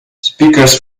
speakers